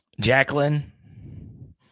Jacqueline